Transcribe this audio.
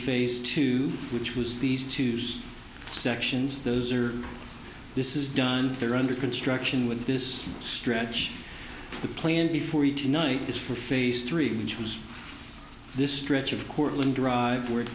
phase two which was these to use sections those are this is done there under construction with this stretch the plan before you tonight is for phase three which was this stretch of cortland drive w